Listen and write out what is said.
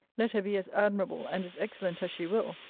let her be as admirable and as excellent as she will,